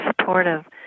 supportive